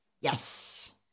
Yes